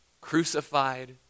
crucified